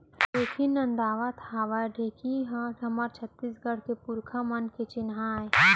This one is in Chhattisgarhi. ढेंकी नदावत हावय ढेंकी ह हमर छत्तीसगढ़ के पुरखा मन के चिन्हा आय